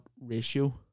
ratio